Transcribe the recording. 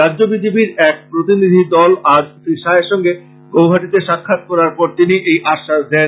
রাজ্য বিজেপির এক প্রতিনিধি দল আজ শ্রীশাহের সঙ্গে গৌহাটীতে সাক্ষাৎ করার পর তিনি এই আশ্বাস দেন